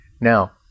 now